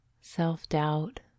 Self-doubt